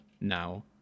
now